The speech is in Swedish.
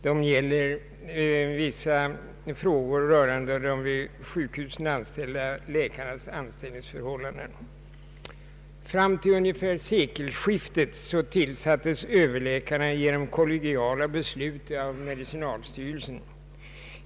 Det gäller vissa frågor beträffande de vid sjukhusen anställda läkarnas anställningsförhållanden. Fram till ungefär sekelskiftet tillsattes överläkarna genom kollegiala beslut av medicinalstyrelsen.